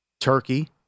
Turkey